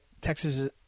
Texas